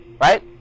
right